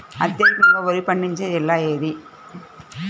అత్యధికంగా వరి పండించే జిల్లా ఏది?